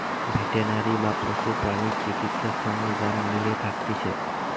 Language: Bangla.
ভেটেনারি বা পশু প্রাণী চিকিৎসা সঙ্গে যারা মিলে থাকতিছে